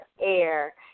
air